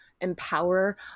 empower